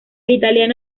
italiano